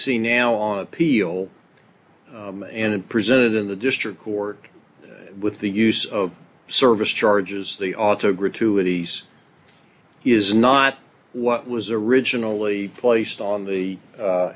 see now on appeal and presented in the district court with the use of service charges the auto gratuities is not what was originally placed on the